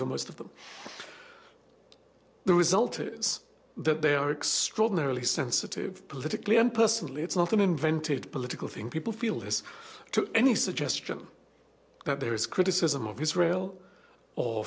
for most of them the result is that they are extraordinarily sensitive politically and personally it's not an invented political thing people feel this to any suggestion that there is criticism of israel